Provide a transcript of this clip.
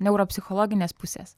neuropsichologinės pusės